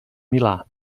milà